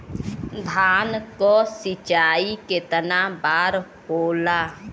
धान क सिंचाई कितना बार होला?